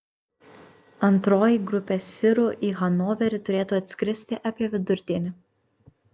antroji grupė sirų į hanoverį turėtų atskristi apie vidurdienį